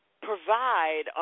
provide